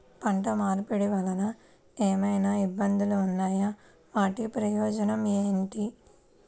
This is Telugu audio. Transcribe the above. పంట మార్పిడి వలన ఏమయినా ఇబ్బందులు ఉన్నాయా వాటి ప్రయోజనం ఏంటి?